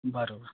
બરાબર